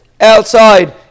outside